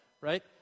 Right